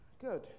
Good